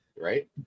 Right